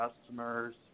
customers